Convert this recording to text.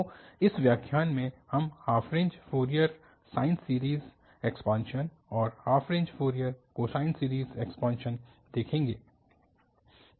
तो इस व्याख्यान में हम half range Fourier sine series expansion और half range Fourier cosine series expansion देखेंगे